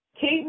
Keep